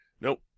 Nope